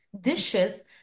dishes